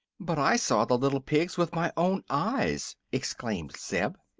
but i saw the little pigs with my own eyes! exclaimed zeb.